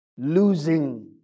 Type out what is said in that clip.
Losing